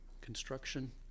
construction